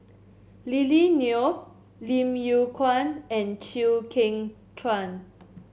Lily Neo Lim Yew Kuan and Chew Kheng Chuan